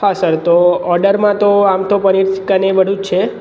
હા સર તો ઓર્ડરમાં તો આમ તો પનીર ટિક્કા એ બધું છે